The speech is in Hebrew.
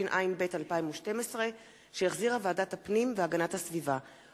התשע"ב 2012, שהחזירה ועדת הפנים והגנת הסביבה.